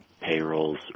payrolls